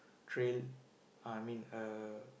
trail ah I mean uh